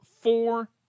four